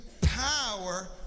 power